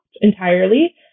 entirely